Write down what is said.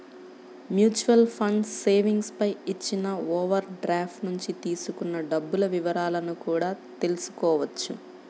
mutual funds savings పై ఇచ్చిన overdraft నుంచి తీసుకున్న డబ్బుల వివరాలను కూడా తెల్సుకోవచ్చు